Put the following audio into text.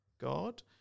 God